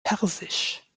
persisch